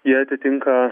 jie atitinka